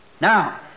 Now